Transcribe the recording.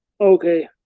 Okay